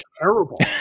terrible